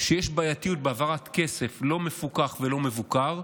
שיש בעייתיות בהעברת כסף לא מפוקח ולא מבוקר,